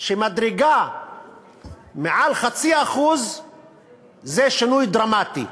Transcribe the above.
שמדרגה מעל 0.5% זה שינוי דרמטי,